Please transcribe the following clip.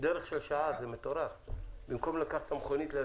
לא נותנים להיכנס.